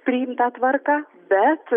priimtą tvarką bet